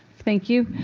thank you.